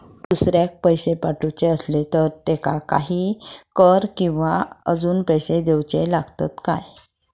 पैशे दुसऱ्याक पाठवूचे आसले तर त्याका काही कर किवा अजून पैशे देऊचे लागतत काय?